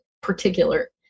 particular